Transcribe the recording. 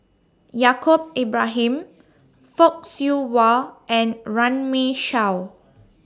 Yaacob Ibrahim Fock Siew Wah and Runme Shaw